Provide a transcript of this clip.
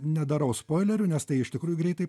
nedarau spoilerių nes tai iš tikrųjų greitai